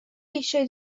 eisiau